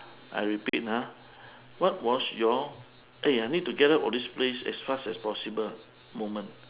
I repeat ha what was your eh I need to get out of this place as fast as possible moment